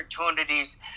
opportunities